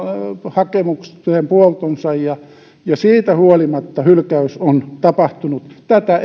hakemukseen puoltonsa ja ja siitä huolimatta hylkäys on tapahtunut tätä